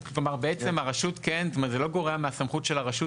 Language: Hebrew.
כלומר בעצם זה לא גורע מהסמכות של הרשות